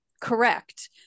correct